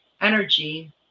energy